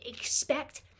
expect